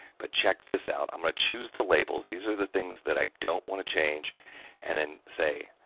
but, check this out, i'm going to choose the labels these are the things that i don't want to change and then, say,